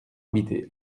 habité